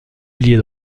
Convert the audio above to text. ailier